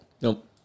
Nope